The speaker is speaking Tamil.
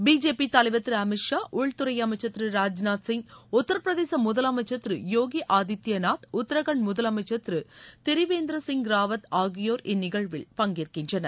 பிஜேபி தலைவர் திரு அமித் ஷா உள்துறை அமைச்சர் திரு ராஜ்நாத் சிங் உத்தரபிரதேச முதலமைச்சர் திரு யோகி ஆதித்பநாத் உத்தரகாண்ட் முதலமைச்சர் திரு திரிவேந்திரசிங் ராவத் ஆகியோர் இந்நிகழ்வில் பங்கேற்கின்றனர்